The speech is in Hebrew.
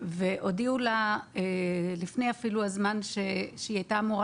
והודיעו לה לפני הזמן שהיא הייתה אמורה